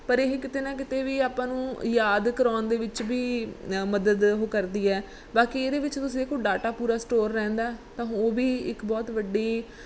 ਪਰ ਇਹ ਕਿਤੇ ਨਾ ਕਿਤੇ ਵੀ ਆਪਾਂ ਨੂੰ ਯਾਦ ਕਰਵਾਉਣ ਦੇ ਵਿੱਚ ਵੀ ਮਦਦ ਉਹ ਕਰਦੀ ਹੈ ਬਾਕੀ ਇਹਦੇ ਵਿੱਚ ਤੁਸੀਂ ਦੇਖੋ ਡਾਟਾ ਪੂਰਾ ਸਟੋਰ ਰਹਿੰਦਾ ਤਾਂ ਉਹ ਵੀ ਇੱਕ ਬਹੁਤ ਵੱਡੀ